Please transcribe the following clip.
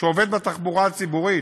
שעובד בתחבורה הציבורית,